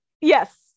yes